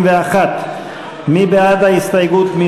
81. מי בעד ההסתייגות?